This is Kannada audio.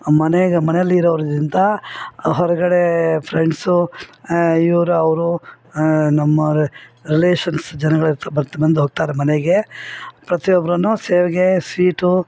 ಮನೆಗೆ ಮನೆಯಲ್ಲಿರೋರ್ದಿಂತ ಹೊರಗಡೇ ಫ್ರೆಂಡ್ಸು ಇವ್ರು ಅವರು ನಮ್ಮ ರ ರಿಲೇಷನ್ಸ್ ಜನಗಳಹತ್ರ ಬರ್ತಾ ಬಂದು ಹೋಗ್ತಾರೆ ಮನೆಗೆ ಪ್ರತಿಯೊಬ್ರು ಶಾವ್ಗೆ ಸ್ವೀಟು